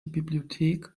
bibliothek